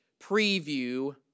preview